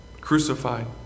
crucified